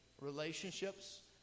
relationships